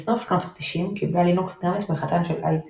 בסוף שנות ה־90 קיבלה לינוקס גם את תמיכתן של IBM,